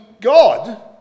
God